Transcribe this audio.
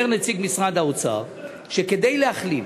אומר נציג משרד האוצר שכדי לכלול